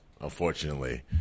unfortunately